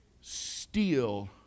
steal